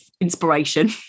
inspiration